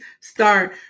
start